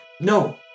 No